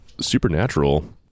Supernatural